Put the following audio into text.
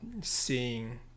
Seeing